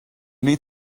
need